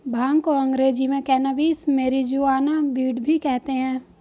भांग को अंग्रेज़ी में कैनाबीस, मैरिजुआना, वीड भी कहते हैं